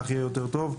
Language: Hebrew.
כך יהיה יותר טוב.